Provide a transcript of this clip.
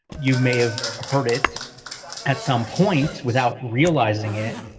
you may have heard it at some point without realizing it.